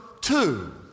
two